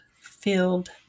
filled